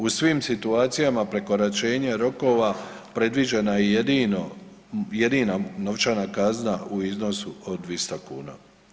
U svim situacijama prekoračenja rokova predviđena je jedino, jedina novčana kazna u iznosu od 200 kuna.